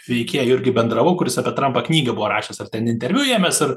veikėju irgi bendravau kuris apie trampą knygą buvo rašęs ar ten interviu emęs ir